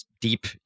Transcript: deep